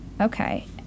Okay